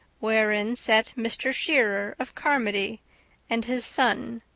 wherein sat mr. shearer of carmody and his son,